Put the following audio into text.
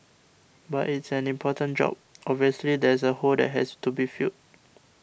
but it's an important job obviously there's a hole that has to be filled